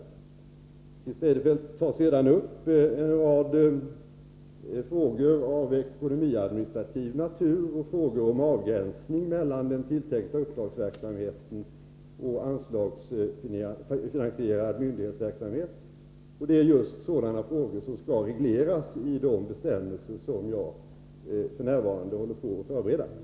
Christer Eirefelt tar sedan upp en rad frågor av ekonomisk-administrativ natur och frågor om avgränsning mellan den tilltänkta uppdragsverksamheten och anslagsfinansierad myndighetsverksamhet. Det är just sådana frågor som skall regleras i de bestämmelser som jag f.n. förbereder.